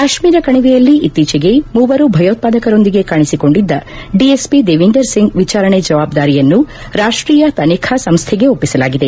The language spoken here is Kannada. ಕಾಶ್ಮೀರ ಕಣಿವೆಯಲ್ಲಿ ಇತ್ತೀಚೆಗೆ ಮೂವರು ಭಯೋತ್ಸಾದಕರೊಂದಿಗೆ ಕಾಣಿಸಿಕೊಂಡಿದ್ದ ಡಿಎಸ್ಪಿ ದೇವೀಂದರ್ ಸಿಂಗ್ ವಿಚಾರಣೆ ಜವಾಬ್ದಾರಿಯನ್ನು ರಾಷ್ಟೀಯ ತನಿಖಾ ಸಂಸ್ಥೆಗೆ ಒಪ್ಪಿಸಲಾಗಿದೆ